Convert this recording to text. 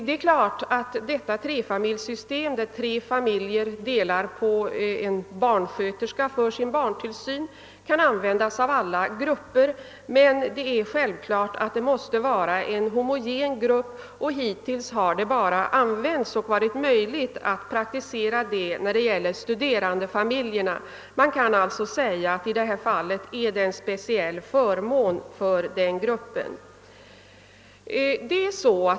Detta system, som innebär att tre familjer delar på en barnsköterska för sin barntillsyn, kan användas av alla kategorier, men det är självklart, att det måste vara fråga om en homogen grupp av familjer, och hittills har det bara visat sig möjligt att praktisera vad beträffar studerandefamiljer. Man kan alltså säga att detta är en speciell förmån för sådana familjer.